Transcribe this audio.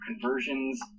conversions